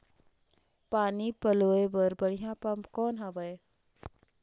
पानी पलोय बर बढ़िया पम्प कौन हवय?